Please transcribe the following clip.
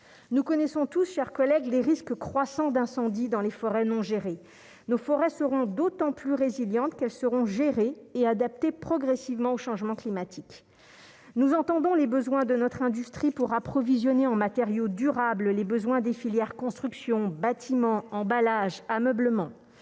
nous connaissons tous, chers collègues, des risques croissants d'incendies dans les forêts non gérer nos forêts seront d'autant plus résilientes qu'elles seront gérées et adapter progressivement aux changements climatiques, nous entendons les besoins de notre industrie pour approvisionner en matériaux durables, les besoins des filières construction, bâtiment emballages ameublement,